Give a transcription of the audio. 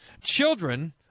Children